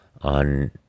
on